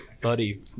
Buddy